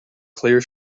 clear